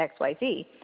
xyz